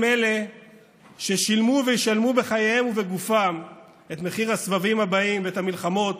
הם אלה ששילמו וישלמו בחייהם ובגופם את מחיר הסבבים הבאים ואת המלחמות